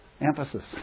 Emphasis